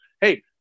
Hey